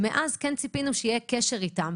מאז כן ציפינו שיהיה איתם קשר,